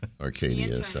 Arcadia